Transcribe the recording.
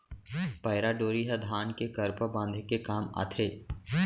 पैरा डोरी ह धान के करपा बांधे के काम आथे